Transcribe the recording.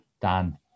Dan